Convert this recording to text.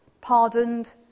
pardoned